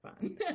fun